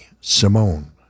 Simone